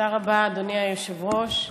תודה רבה, אדוני היושב-ראש.